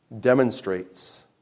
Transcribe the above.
demonstrates